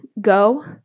go